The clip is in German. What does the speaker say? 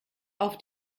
auf